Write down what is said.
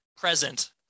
present